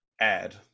add